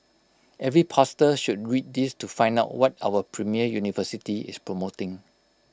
every pastor should read this to find out what our premier university is promoting